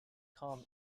come